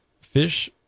Fish